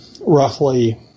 roughly